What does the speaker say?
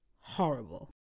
horrible